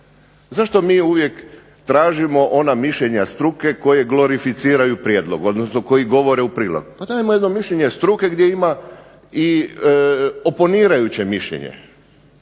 zašto mi uvijek tražimo ona mišljenja struke koji glorificiraju prijedlog, koji govore u prilog, dajmo jedno mišljenje struke gdje ima i oponirajuće mišljenje.